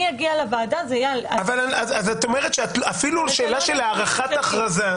אז את אומרת שאפילו שאלה של הארכת הכרזה,